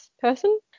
person